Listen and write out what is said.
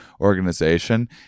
organization